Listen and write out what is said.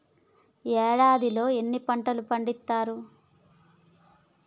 ఏడాదిలో ఎన్ని పంటలు పండిత్తరు?